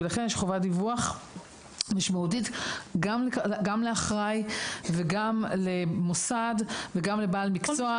לכן יש חובת דיווח משמעותית גם לאחראי וגם למוסד וגם לבעל מקצוע,